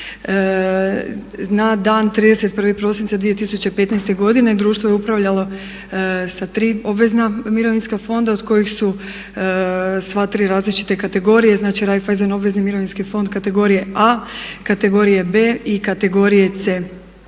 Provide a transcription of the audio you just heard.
Na dan 31. prosinca 2015. godine društvo je upravljalo sa tri obvezna mirovinska fonda od kojih su sva tri različite kategorije, znači Raiffeisen obvezni mirovinski fon kategorije A, kategorije B i kategorije C.